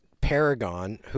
Paragon